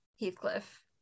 Heathcliff